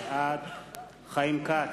בעד חיים כץ,